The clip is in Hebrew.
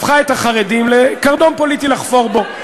הפכו את החרדים לקרדום פוליטי לחפור בו.